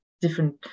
different